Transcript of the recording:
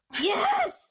Yes